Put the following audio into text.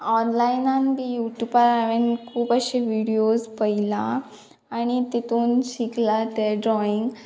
ऑनलायनान बी यूट्युबार हांवेंन खूब अशे विडियोज पयला आनी तितून शिकलां तें ड्रॉइंग